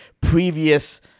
previous